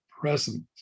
present